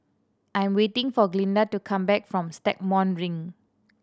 I'm waiting for Glinda to come back from Stagmont Ring